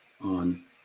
on